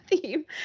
theme